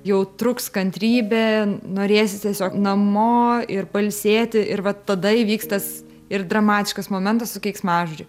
jau truks kantrybė norėsis tiesiog namo ir pailsėti ir vat tada įvyks tas ir dramatiškas momentas su keiksmažodžiu